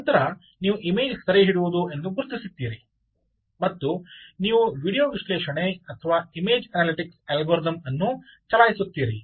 ನಂತರ ನೀವು ಇಮೇಜ್ ಸೆರೆಹಿಡಿಯುವುದು ಎಂದು ಗುರುತಿಸುತ್ತೀರಿ ಮತ್ತು ನೀವು ವೀಡಿಯೊ ವಿಶ್ಲೇಷಣೆ ಅಥವಾ ಇಮೇಜ್ ಅನಾಲಿಟಿಕ್ಸ್ ಅಲ್ಗಾರಿದಮ್ ಅನ್ನು ಚಲಾಯಿಸುತ್ತೀರಿ